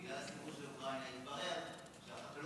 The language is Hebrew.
בגלל הסיפור של אוקראינה התברר שהחקלאות